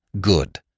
good